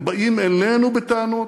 הם באים אלינו בטענות?